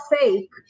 fake